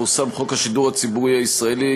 פורסם חוק השידור הציבורי הישראלי,